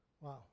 Wow